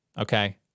Okay